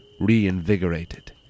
reinvigorated